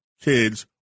kids